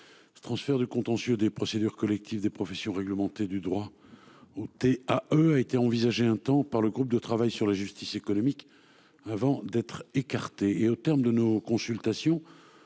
Ce transfert du contentieux des procédures collectives des professions réglementées du droit au à eux a été envisagée un temps par le groupe de travail sur la justice économique avant d'être écarté et, au terme de nos consultations.